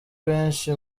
benshi